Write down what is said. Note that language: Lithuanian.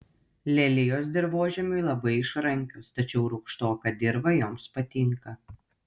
lelijos dirvožemiui labai išrankios tačiau rūgštoka dirva joms patinka